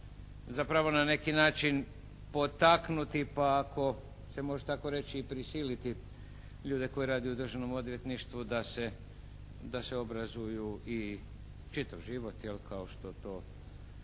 zapravo na neki način potaknuti pa ako se može tako reći i prisiliti ljude koji rade u Državnom odvjetništvu da se obrazuju i čitav život, jel, kao što to